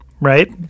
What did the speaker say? right